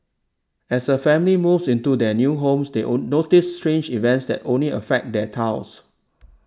as a family moves into their new homes they notice strange events that only affect their tiles